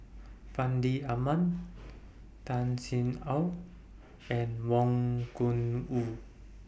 Fandi Ahmad Tan Sin Aun and Wang Gungwu